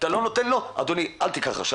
אתה לא נותן לו, אל תיקח ממנו.